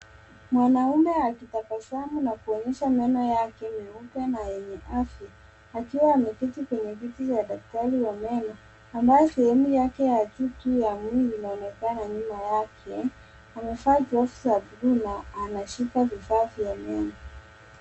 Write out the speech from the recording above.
Mwanaume akitabasamu na kuonyesha meno Yake meupe na yenye afya akiwa ameketi kwenye viti vya daktari wa meno ambayo sehemu Yake ya juu inaonekana nyuma yake amevaa trousers za blue na anashika vifaa vya meno.